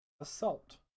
Assault